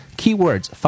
keywords